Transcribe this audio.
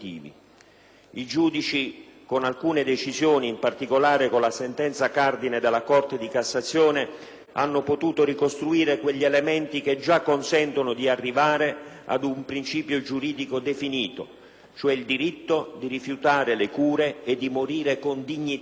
I giudici con alcune decisioni, in particolare con la sentenza cardine della Corte di cassazione, hanno potuto ricostruire quegli elementi che già consentono di arrivare ad un principio giuridico definito, cioè il diritto di rifiutare le cure e di morire con dignità,